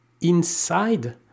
inside